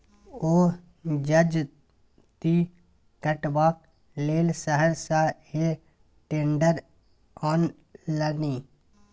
ओ जजाति कटबाक लेल शहर सँ हे टेडर आनलनि